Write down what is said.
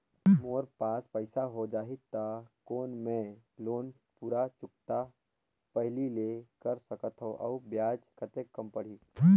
मोर पास पईसा हो जाही त कौन मैं लोन पूरा चुकता पहली ले कर सकथव अउ ब्याज कतेक कम पड़ही?